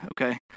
okay